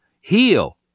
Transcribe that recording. heel